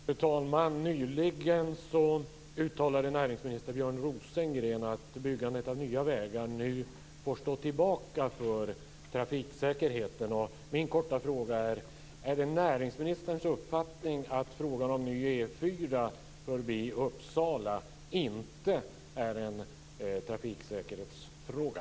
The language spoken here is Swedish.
Fru talman! Nyligen uttalade näringsminister Björn Rosengren att byggandet av nya vägar nu får stå tillbaka för trafiksäkerheten. Min korta fråga är: Är det näringsministerns uppfattning att frågan om ny E 4 förbi Uppsala inte är en trafiksäkerhetsfråga?